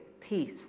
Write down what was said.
peace